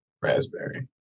Raspberry